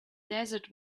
desert